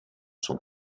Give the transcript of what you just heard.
son